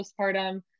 postpartum